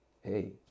hey